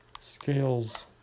Scales